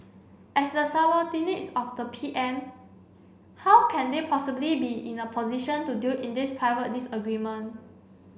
as the subordinates of the P M how can they possibly be in a position to deal in this private disagreement